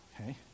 okay